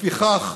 לפיכך,